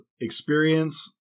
experience